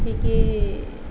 শিকি